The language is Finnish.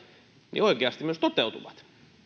oikeasti myös toteutuvat